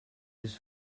his